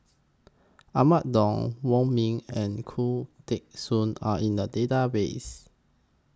Ahmad Daud Wong Ming and Khoo Teng Soon Are in The Database